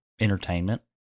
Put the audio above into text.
entertainment